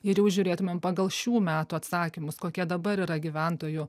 ir jau žiūrėtumėm pagal šių metų atsakymus kokie dabar yra gyventojų